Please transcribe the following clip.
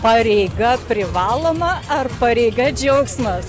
pareiga privaloma ar pareiga džiaugsmas